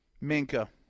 Minka